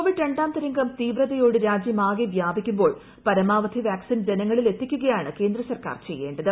Covid രണ്ടാംതരംഗം തീവ്രതയോടെ രാജ്യമാകെ വ്യാപിക്കുമ്പോൾ പരമാവധി വാക്സിൻ ജനങ്ങളിലെത്തിക്കുകയാണ് കേന്ദ്ര സർക്കാർ ചെയ്യേണ്ടത്